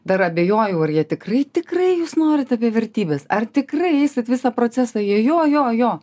dar abejojau ar jie tikrai tikrai jūs norit apie vertybes ar tikrai įgysite visą procesą jie jo jo jo